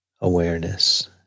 awareness